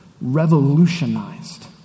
revolutionized